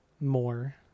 more